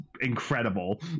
incredible